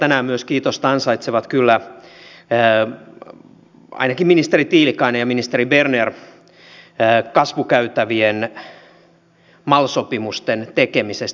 ja tänään kiitosta ansaitsevat kyllä myös ainakin ministeri tiilikainen ja ministeri berner kasvukäytävien mal sopimusten tekemisestä